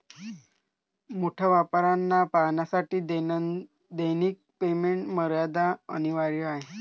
मोठ्या व्यापाऱ्यांना पाहण्यासाठी दैनिक पेमेंट मर्यादा अनिवार्य आहे